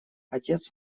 отец